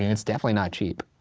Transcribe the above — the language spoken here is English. and it's definitely not cheap.